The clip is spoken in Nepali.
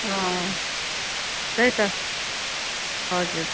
अँ त्यही त हजुर